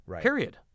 Period